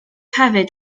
hefyd